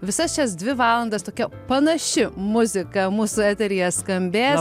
visas šias dvi valandas tokia panaši muzika mūsų eteryje skambės